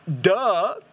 duh